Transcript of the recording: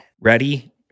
Ready